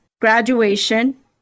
graduation